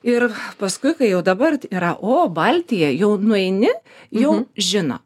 ir paskui kai jau dabar yra o baltija jau nueini jau žino